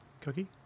Cookie